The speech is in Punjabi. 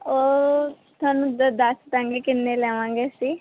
ਉਹ ਤੁਹਾਨੂੰ ਦ ਦੱਸ ਦੇਵਾਂਗੇ ਕਿੰਨੇ ਲਵਾਂਗੇ ਅਸੀਂ